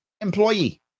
employee